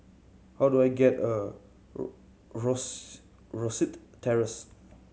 how do I get a Rose Rosyth Terrace